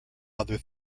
other